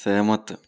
सहमत